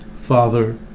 Father